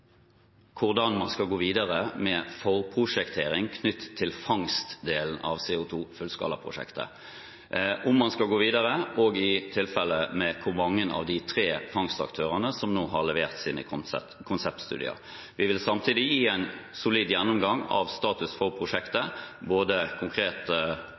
hvordan man skal gå videre med forprosjektering knyttet til fangstdelen av CO 2 -fullskalaprosjektet – om man skal gå videre, og i tilfelle med hvor mange av de tre fangstaktørene som nå har levert sine konseptstudier. Vi vil samtidig gi en solid gjennomgang av status for prosjektet, både konkret